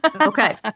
Okay